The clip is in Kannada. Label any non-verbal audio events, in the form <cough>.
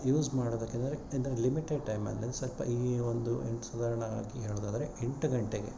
ಯೂಸ್ ಮಾಡೋದಕ್ಕೆ <unintelligible> ಯಾಕಂದರೆ ಲಿಮಿಟೆಡ್ ಟೈಮಲ್ಲಿ ಸ್ವಲ್ಪ ಈ ಒಂದು ಏನು ಸಾಧಾರಣವಾಗಿ ಹೇಳುವುದಾದ್ರೆ ಎಂಟು ಗಂಟೆಗೆ